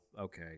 okay